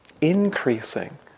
increasing